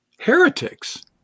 heretics